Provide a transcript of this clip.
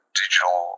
digital